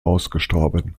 ausgestorben